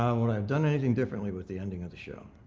um would i have done anything differently with the ending of the show?